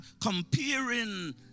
comparing